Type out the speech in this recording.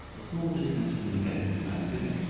a small distance from the gate of damascus,